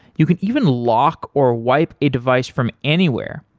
you can even lock or wipe a device from anywhere.